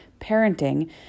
parenting